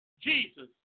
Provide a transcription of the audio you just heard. Jesus